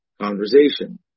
conversation